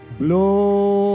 blow